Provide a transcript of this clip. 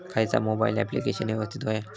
खयचा mobile application यवस्तित होया?